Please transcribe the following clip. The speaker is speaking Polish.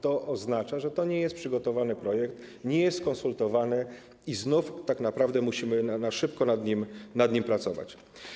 To oznacza, że to nie jest przygotowany projekt, nie jest skonsultowany i znów tak naprawdę musimy na szybko nad nim pracować.